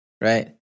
right